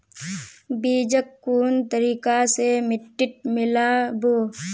बीजक कुन तरिका स मिट्टीत मिला बो